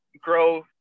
grow